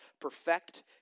perfect